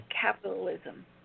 capitalism